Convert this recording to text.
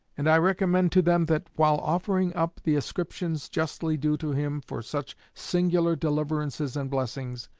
and i recommend to them that, while offering up the ascriptions justly due to him for such singular deliverances and blessings,